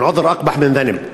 אל-עד'ר אקבּח מן א-ד'נבּ.